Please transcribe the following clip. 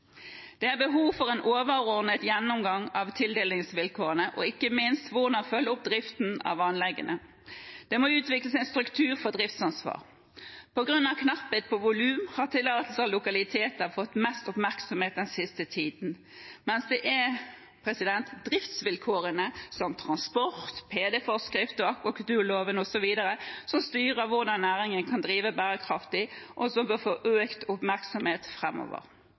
Det er behov for en overordnet gjennomgang av tildelingsvilkårene og ikke minst hvordan man skal følge opp driften av anleggene. Det må utvikles en struktur for driftsansvar. På grunn av knapphet på volum har tillatelser og lokaliteter fått mest oppmerksomhet den siste tiden, mens det er driftsvilkårene, som transport, PD-forskrift, akvakulturloven osv. som styrer hvordan næringen kan drive bærekraftig, som bør få økt oppmerksomhet